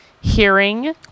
Hearing